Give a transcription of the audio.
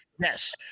Yes